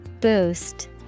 boost